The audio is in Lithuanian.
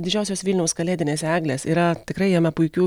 didžiosios vilniaus kalėdinės eglės yra tikrai jame puikių